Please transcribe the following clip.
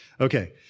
okay